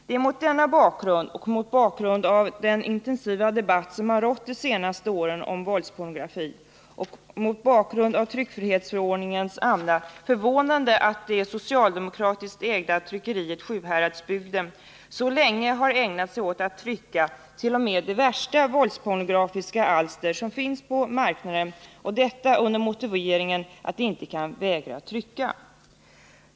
Det är mot denna bakgrund, mot bakgrund av den intensiva debatt om våldspornografi som har pågått de senaste åren och mot bakgrund av tryckfrihetsförordningens anda förvånande att det socialdemokratiskt ägda Sjuhäradsbygdens Tryckeri AB så länge har ägnat sig åt att trycka t.o.m. de värsta våldspornografiska alster som finns på marknaden och detta under motiveringen att man inte kan vägra att trycka.